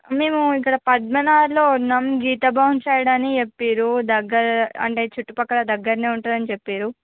మేము ఇక్కడ పద్మనాద్లో ఉన్నాం గీతా భవన్ సైడ్ అని చెప్పారు దగ్గర అంటే చుట్టుపక్కల దగ్గరలోనే ఉంటుందని చెప్పారు